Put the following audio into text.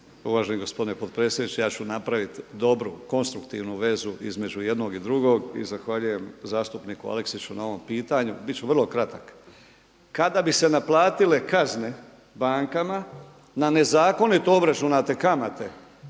Uvaženi gospodine potpredsjedniče, ja ću napraviti dobru, konstruktivnu vezu između jednog i drugog i zahvaljujem zastupniku Aleksiću na ovom pitanju. Bit ću vrlo kratak. Kada bi se naplatile kazne bankama na nezakonito obračunate kamate